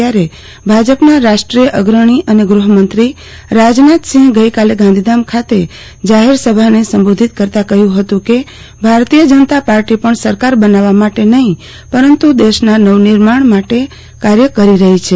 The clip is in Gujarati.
ત્યારે ભાજપ નાં રાષ્ટ્રીય અગ્રણી અને ગુફમંત્રી રાજનાથસિંફ ગઈકાલે ગાંધીધામ ખાતે જાહેર સભાને સંબોધિત કરતા કહ્યું હતું કે ભારતીય જનતા પાર્ટી પણ સરકાર બનાવવા માટે નફી પરંતુ દેશના નવનિર્માણ માટે કાર્ય કરી રફી છે